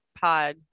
pod